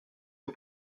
aux